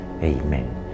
Amen